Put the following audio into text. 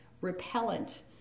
repellent